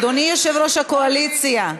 אדוני יושב-ראש הקואליציה.